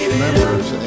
members